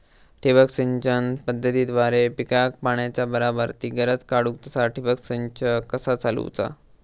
ठिबक सिंचन पद्धतीद्वारे पिकाक पाण्याचा बराबर ती गरज काडूक तसा ठिबक संच कसा चालवुचा?